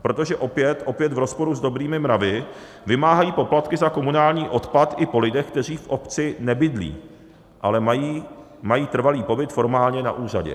Protože opět v rozporu s dobrými mravy vymáhají poplatky za komunální odpad i po lidech, kteří v obci nebydlí, ale mají trvalý pobyt formálně na úřadě.